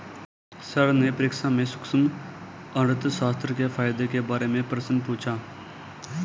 sir ने परीक्षा में सूक्ष्म अर्थशास्त्र के फायदों के बारे में प्रश्न पूछा